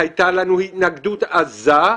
והייתה לנו התנגדות עזה לכך,